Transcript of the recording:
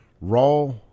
raw